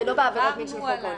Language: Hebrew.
זה לא בעבירת מסוג חוק העונשין.